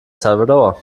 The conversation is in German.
salvador